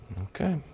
Okay